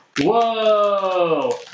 Whoa